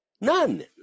None